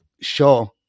sure